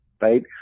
right